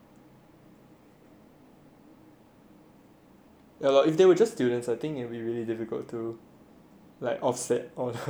ya loh if they were just students I think it'll be really difficult to like offset all the more money than paying